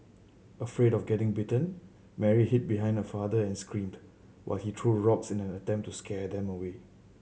afraid of getting bitten Mary hid behind her father and screamed while he threw rocks in an attempt to scare them away